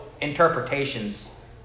interpretations